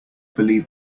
believe